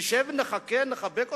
נשב ונחכה, נחבק אותו?